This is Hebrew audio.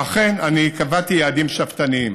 ואכן, אני קבעתי יעדים שאפתניים.